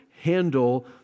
handle